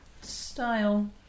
style